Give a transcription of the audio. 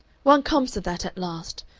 one comes to that at last.